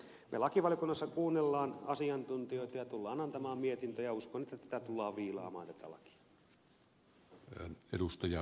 me lakivaliokunnassa kuuntelemme asiantuntijoita ja tulemme antamaan mietinnön ja uskon että tätä lakia tullaan viilaamaan